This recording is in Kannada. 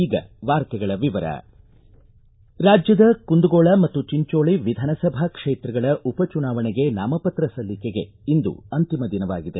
ಈಗ ವಾರ್ತೆಗಳ ವಿವರ ರಾಜ್ಞದ ಕುಂದಗೋಳ ಮತ್ತು ಚಿಂಚೋಳ ವಿಧಾನಸಭಾ ಕ್ಷೇತ್ರಗಳ ಉಪಚುನಾವಣೆಗೆ ನಾಮಪತ್ರ ಸಲ್ಲಿಕೆಗೆ ಇಂದು ಅಂತಿಮ ದಿನವಾಗಿದೆ